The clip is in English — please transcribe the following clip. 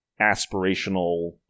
aspirational